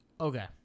Okay